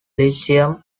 lyceum